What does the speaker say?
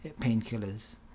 painkillers